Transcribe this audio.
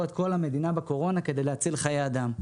את כל המדינה בקורונה כדי להציל חיי אדם.